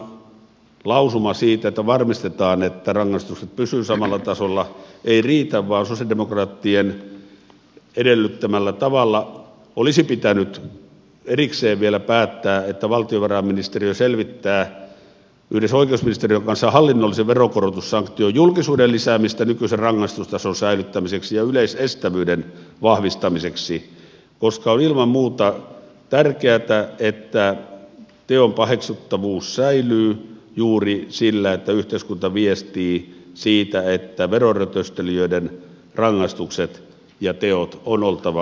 valtiovarainvaliokunnan lausuma siitä että varmistetaan että rangaistukset pysyvät samalla tasolla ei riitä vaan sosialidemokraattien edellyttämällä tavalla olisi pitänyt erikseen vielä päättää että valtiovarainministeriö selvittää yhdessä oikeusministeriön kanssa hallinnollisen veronkorotussanktion julkisuuden lisäämistä nykyisen rangaistustason säilyttämiseksi ja yleisestävyyden vahvistamiseksi koska on ilman muuta tärkeätä että teon paheksuttavuus säilyy juuri sillä että yhteiskunta viestii siitä että verorötöstelijöiden rangaistusten ja tekojen on oltava julkisia